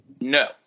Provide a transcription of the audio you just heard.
No